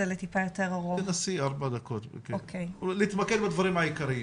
תנסי להתמקד בדברים העיקריים,